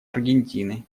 аргентины